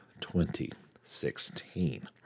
2016